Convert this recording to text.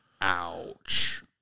ouch